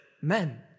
Men